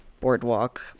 boardwalk